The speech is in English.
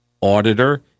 auditor